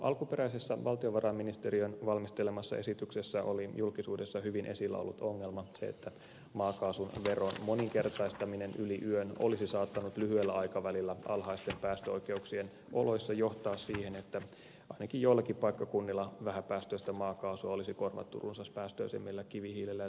alkuperäisessä valtiovarainministeriön valmistelemassa esityksessä oli julkisuudessa hyvin esillä ollut ongelma se että maakaasun veron moninkertaistaminen yli yön olisi saattanut lyhyellä aikavälillä alhaisten päästöoikeuksien oloissa johtaa siihen että ainakin joillakin paikkakunnilla vähäpäästöistä maakaasua olisi korvattu runsaspäästöisemmillä kivihiilellä ja turpeella